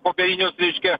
popierinius reiškia